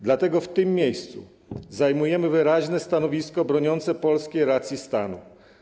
Dlatego w tym miejscu zajmujemy wyraźne stanowisko broniące polskiej racji stanu.